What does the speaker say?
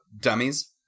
dummies